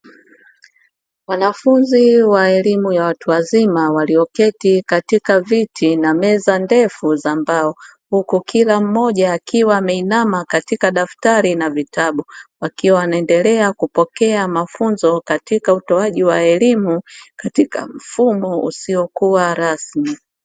Wanafunzi wa elimu ya watu wazima walioketi katika viti na meza ndefu za mbao, huku mila mmoja akiwa ameinama katika daftari na vitabu wakiwa wanaendelea kupokea mafunzo katika utoaji wa elimu katika mfumo usiokuwa rasmi.